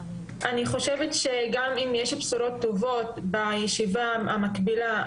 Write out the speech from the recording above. אני חושבת שגם אם יש בשורות טובות בישיבה המקבילה,